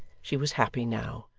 she was happy now.